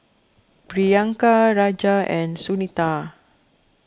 Priyanka Raja and Sunita